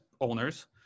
owners